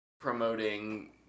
promoting